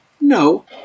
No